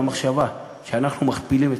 על המחשבה,